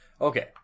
okay